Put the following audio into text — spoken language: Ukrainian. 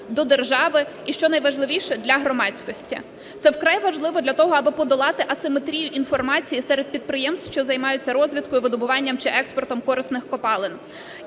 до держави, і що найважливіше, для громадськості. Це вкрай важливо для того, аби подолати асиметрію інформації серед підприємств, що займаються розвідкою, видобуванням чи експортом корисних копалин.